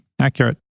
Accurate